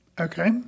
Okay